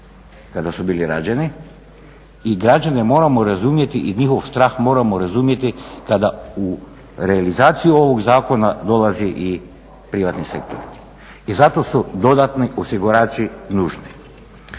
kada su bili rađeni. I građane moramo razumjeti i njihov strah moramo razumjeti kada u realizaciji ovog zakona dolazi i privatni sektor. I zato su dodatni osigurači nužni.